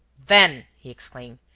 then, he exclaimed,